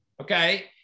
okay